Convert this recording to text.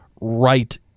right